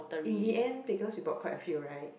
in the end because we bought quite a few right